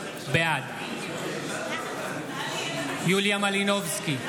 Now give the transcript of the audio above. בעד יוליה מלינובסקי,